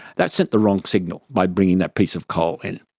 that sent the wrong signal, by bringing that piece of coal in.